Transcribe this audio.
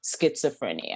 schizophrenia